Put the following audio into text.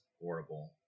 horrible